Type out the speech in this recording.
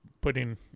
putting